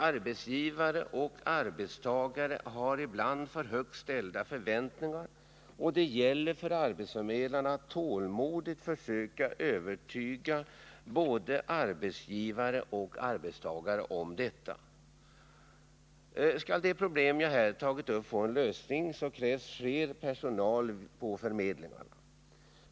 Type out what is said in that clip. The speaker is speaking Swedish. Arbetsgivare och arbetstagare har ibland för högt ställda förväntningar, och det gäller för arbetsförmedlarna att tålmodigt försöka övertyga både arbetsgivare och arbetstagare om detta. Skall de problem jag här tagit upp få en lösning, krävs fler anställda på förmedlingarna.